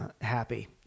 happy